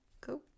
Cool